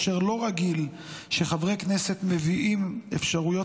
אשר לא רגיל שחברי כנסת מביאים אפשרויות